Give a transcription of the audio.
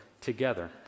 together